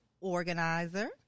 organizer